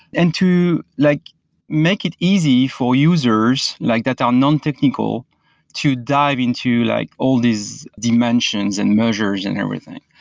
and to like make it easy for users like that are non-technical to dive into like all these dimensions and mergers and everything.